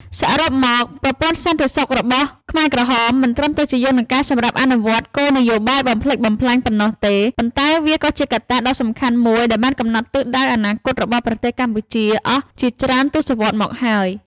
សរុបមក ប្រព័ន្ធសន្តិសុខរបស់ខ្មែរក្រហមមិនត្រឹមតែជាយន្តការសម្រាប់អនុវត្តគោលនយោបាយបំផ្លិចបំផ្លាញប៉ុណ្ណោះទេ ប៉ុន្តែវាក៏ជាកត្តាដ៏សំខាន់មួយដែលបានកំណត់ទិសដៅអនាគតរបស់ប្រទេសកម្ពុជាអស់ជាច្រើនទសវត្សរ៍មកហើយ។